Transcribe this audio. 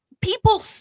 people